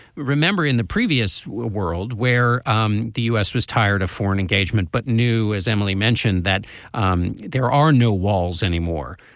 remember in the previous world where um the u s. was tired of foreign engagement but knew as emily mentioned that um there are no walls anymore.